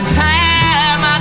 time